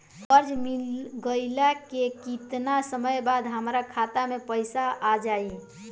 कर्जा मिल गईला के केतना समय बाद हमरा खाता मे पैसा आ जायी?